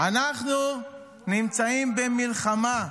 אנחנו נמצאים במלחמה.